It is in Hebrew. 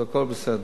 הכול בסדר.